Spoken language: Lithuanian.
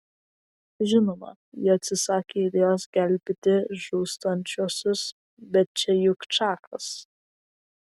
žinoma ji atsisakė idėjos gelbėti žūstančiuosius bet čia juk čakas